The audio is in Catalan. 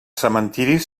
cementiris